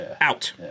out